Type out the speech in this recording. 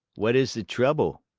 what is the trouble?